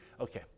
Okay